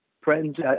friends